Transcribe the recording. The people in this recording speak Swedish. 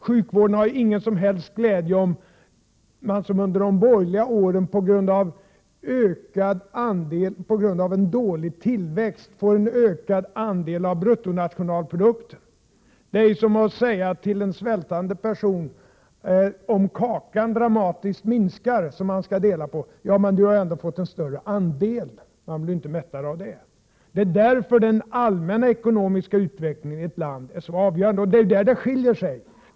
Sjukvården har ingen som helst glädje av om den som under de borgerliga åren på grund av en dålig tillväxt får en ökad andel av bruttonationalprodukten. Detta är som att säga till en svältande person, när kakan som man skall dela på dramatiskt har minskat, att han ändå har fått en större andel. Han blir inte mättare av det. Det är därför den allmänna ekonomiska utvecklingen i ett land är så avgörande. Det är där vi skiljer oss åt.